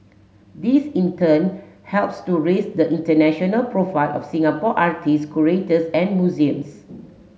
this in turn helps to raise the international profile of Singapore artists curators and museums